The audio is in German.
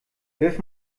wirf